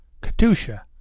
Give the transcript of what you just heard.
Katusha